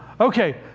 Okay